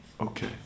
Okay